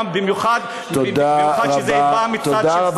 במיוחד שזה בא מצד של שר.